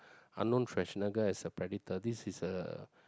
Arnold-Shwarzenegger is a predator this is a